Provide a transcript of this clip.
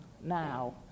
now